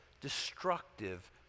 destructive